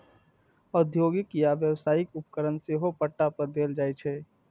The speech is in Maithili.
औद्योगिक या व्यावसायिक उपकरण सेहो पट्टा पर देल जाइ छै